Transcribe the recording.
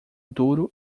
duro